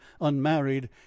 unmarried